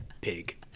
pig